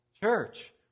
church